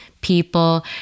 people